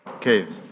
caves